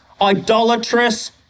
idolatrous